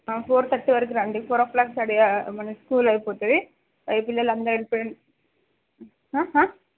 four thirty వరకు రండి four o'clock study అవ మన స్కూల్ అయిపోతుంది ఈ పిల్లలు అందరు వెళ్ళిపోయిన